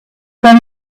gone